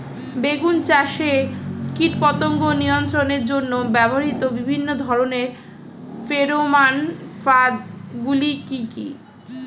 বেগুন চাষে কীটপতঙ্গ নিয়ন্ত্রণের জন্য ব্যবহৃত বিভিন্ন ধরনের ফেরোমান ফাঁদ গুলি কি কি?